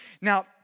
Now